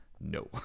no